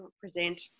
present